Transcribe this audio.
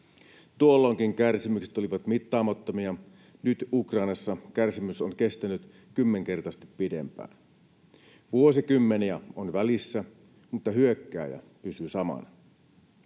Tuolloinkin kärsimykset olivat mittaamattomia, nyt Ukrainassa kärsimys on kestänyt kymmenkertaisesti pidempään. Vuosikymmeniä on välissä, mutta hyökkääjä pysyy samana.